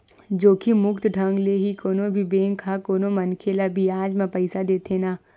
जोखिम मुक्त ढंग ले ही कोनो भी बेंक ह कोनो मनखे ल बियाज म पइसा देथे न